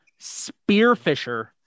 Spearfisher